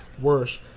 Worse